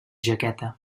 jaqueta